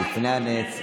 לפני הנץ,